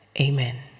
Amen